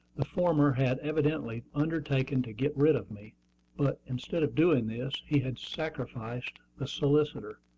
the former had evidently undertaken to get rid of me but, instead of doing this, he had sacrificed the solicitor.